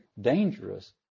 dangerous